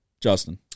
Justin